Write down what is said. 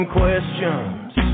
questions